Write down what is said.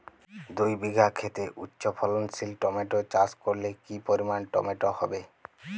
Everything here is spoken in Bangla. দুই বিঘা খেতে উচ্চফলনশীল টমেটো চাষ করলে কি পরিমাণ টমেটো হবে?